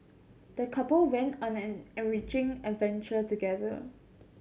the couple went on an enriching adventure together